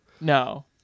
No